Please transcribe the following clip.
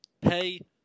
pay